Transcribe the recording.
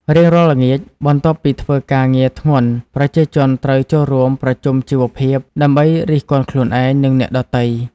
រៀងរាល់ល្ងាច បន្ទាប់ពីធ្វើការងារធ្ងន់ ប្រជាជនត្រូវចូលរួម "ប្រជុំជីវភាព" ដើម្បីរិះគន់ខ្លួនឯង និងអ្នកដទៃ។